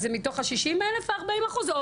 מתוך ה-60 אלף ה 40 אחוז?